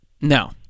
No